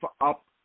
up